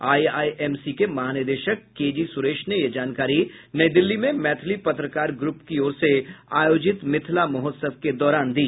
IIMC के महानिदेशक K G Suresh ने यह जानकारी नई दिल्ली में मैथिली पत्रकार ग्रुप की ओर से आयोजित मिथिला महोत्सव के दौरान दी